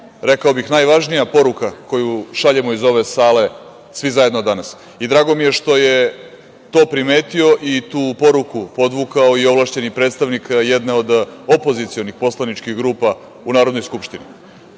rekao bih najvažnija poruka koju šaljemo iz ove sale svi zajedno danas i drago mi je što je to primetio i tu poruku podvukao i ovlašćeni predstavnik jedne od opozicionih poslaničkih grupa u Narodnoj skupštini.